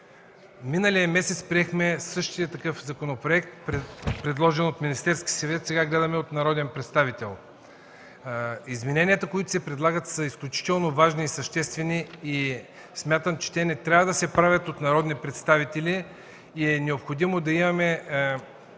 Миналия месец приехме същия такъв законопроект, предложен от Министерския съвет, сега гледаме от народен представител. Измененията, които се предлагат, са изключително важни и съществени и смятам, че те не трябва да се правят от народни представители. Необходимо е да имаме